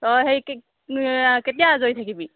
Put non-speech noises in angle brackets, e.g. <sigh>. তই সেই <unintelligible> কেতিয়া আজৰি থাকিবি